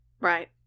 right